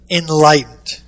enlightened